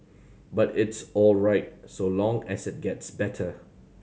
but it's all right so long as it gets better